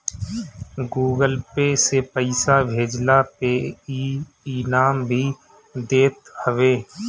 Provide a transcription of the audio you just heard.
Google Pay से पईसा भेजला पे इ इनाम भी देत हवे